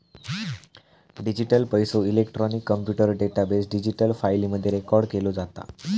digital पैसो, electronic computer database, digital फाईली मध्ये रेकॉर्ड केलो जाता